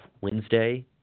Wednesday –